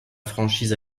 franchise